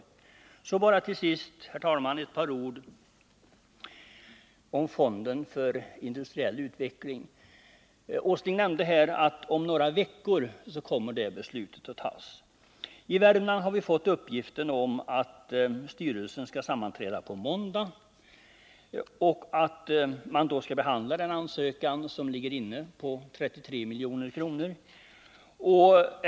Till sist, herr talman, vill jag bara säga ett par ord om fonden för industriell utveckling. Herr Åsling nämnde att det beslutet kommer att fattas om några veckor. I Värmland har vi fått uppgift om att styrelsen skall sammanträda på måndag och att man då skall behandla den ansökan om 33 milj.kr. som ligger inne.